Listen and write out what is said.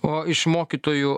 o iš mokytojų